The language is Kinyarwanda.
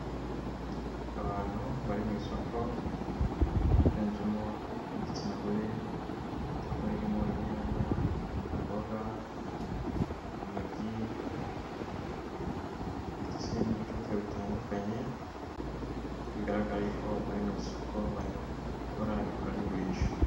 Abantu bari mu isoko biganjemo ab'igitsina gore, isoko ririmo inyanya, imboga, intoryi ndetse n'ibicuruzwa bitandukanye, bigaragara y'uko bari mu isoko bari gukora igura ni gurisha.